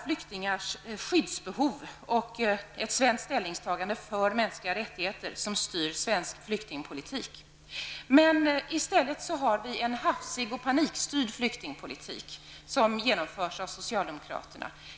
Flyktingars skyddsbehov och ett ställningstagande för mänskliga rättigheter borde styra svensk flyktingpolitik. I stället har vi en hafsig och panikstyrd flyktingpolitik, som genomförs av socialdemokraterna.